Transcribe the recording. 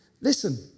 Listen